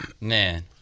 Man